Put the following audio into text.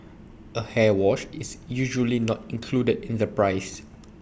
A hair wash is usually not included in the price